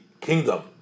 kingdom